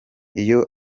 iyo